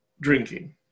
drinking